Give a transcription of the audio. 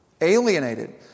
Alienated